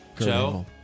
Joe